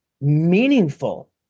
meaningful